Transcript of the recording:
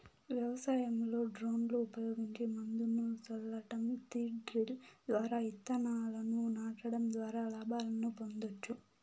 వ్యవసాయంలో డ్రోన్లు ఉపయోగించి మందును సల్లటం, సీడ్ డ్రిల్ ద్వారా ఇత్తనాలను నాటడం ద్వారా లాభాలను పొందొచ్చు